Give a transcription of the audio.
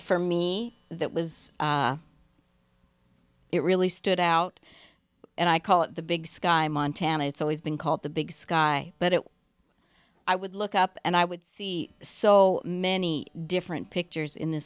for me that was it really stood out and i call it the big sky montana it's always been called the big sky but it i would look up and i would see so many different pictures in th